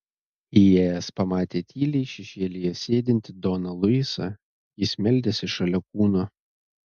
įėjęs pamatė tyliai šešėlyje sėdintį doną luisą jis meldėsi šalia kūno